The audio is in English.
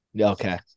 Okay